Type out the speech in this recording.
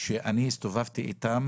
אני הסתובבתי איתם